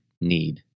need